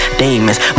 demons